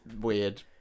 weird